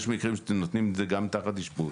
יש מקרים שנותנים את זה גם תחת אשפוז.